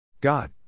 God